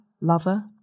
Lover